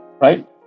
Right